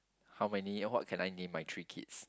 how many what can I name my three kids